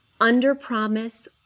Under-promise